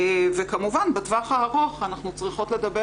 כמובן בטווח הארוך אנחנו צריכות לדבר